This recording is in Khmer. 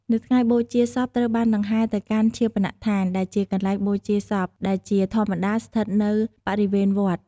នៅថ្ងៃបូជា សពត្រូវបានដង្ហែទៅកាន់ឈាបនដ្ឋាន ដែលជាកន្លែងបូជាសព ដែលជាធម្មតាស្ថិតនៅបរិវេណវត្ត។